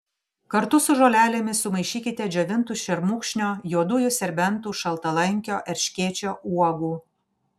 kartu su žolelėmis sumaišykite džiovintų šermukšnio juodųjų serbentų šaltalankio erškėčio uogų